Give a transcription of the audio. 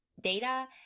data